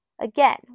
Again